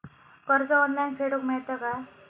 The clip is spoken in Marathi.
कर्ज ऑनलाइन फेडूक मेलता काय?